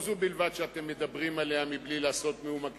לא זו בלבד שאתם מדברים עליה מבלי לעשות מאומה,